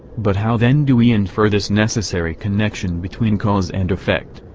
but how then do we infer this necessary connection between cause and effect?